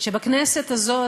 שבכנסת הזאת,